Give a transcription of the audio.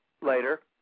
later